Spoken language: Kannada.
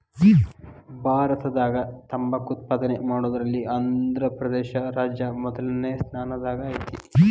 ಭಾರತದಾಗ ತಂಬಾಕ್ ಉತ್ಪಾದನೆ ಮಾಡೋದ್ರಲ್ಲಿ ಆಂಧ್ರಪ್ರದೇಶ ರಾಜ್ಯ ಮೊದಲ್ನೇ ಸ್ಥಾನದಾಗ ಐತಿ